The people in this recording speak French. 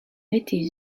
était